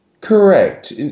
Correct